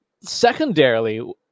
Secondarily